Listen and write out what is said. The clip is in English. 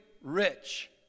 rich